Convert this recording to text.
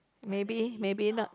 maybe maybe not